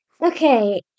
Okay